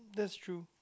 that's true